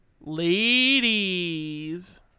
ladies